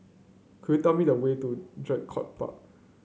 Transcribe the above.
could you tell me the way to Draycott Park